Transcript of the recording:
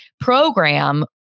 program